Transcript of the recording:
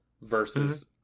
versus